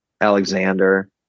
Alexander